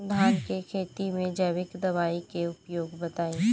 धान के खेती में जैविक दवाई के उपयोग बताइए?